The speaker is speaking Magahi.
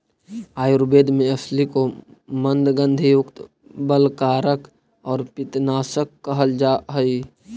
आयुर्वेद में अलसी को मन्दगंधयुक्त, बलकारक और पित्तनाशक कहल जा हई